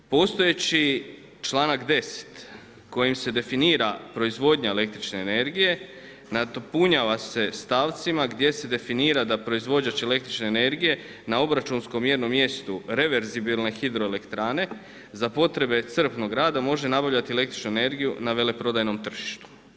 Postojeći članak 10. kojim se definira proizvodnja električne energije nadopunjava se stavcima gdje se definira da proizvođač električne energije na obračunskom jednom mjestu reverzibilne hidroelektrane za potrebe crpnog rada može nabavljati električnu energiju na veleprodajnom tržištu.